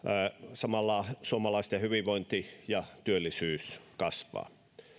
samalla suomalaisten hyvinvointi ja työllisyys kasvavat